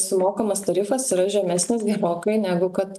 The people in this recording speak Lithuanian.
sumokamas tarifas yra žemesnis gerokai negu kad